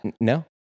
no